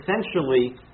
essentially